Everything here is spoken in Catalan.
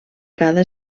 cada